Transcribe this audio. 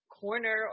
corner